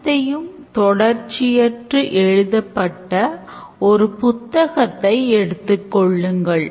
அனைத்தையும் தொடச்சியற்று எழுதப்பட்ட ஒரு புத்தகத்தை எடுத்துக் கொள்ளுங்கள்